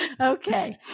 Okay